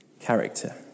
character